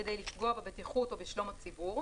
כדי לפגוע בבטיחות או בשלום הציבור,